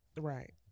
Right